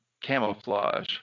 camouflage